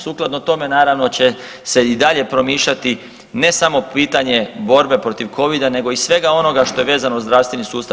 Sukladno tome naravno će se i dalje promišljati ne samo pitanje borbe protiv COVID-a nego i svega onoga što je vezano za zdravstveni sustav.